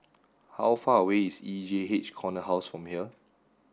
how far away is E J H Corner House from here